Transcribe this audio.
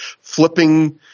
flipping